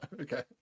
okay